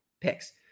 picks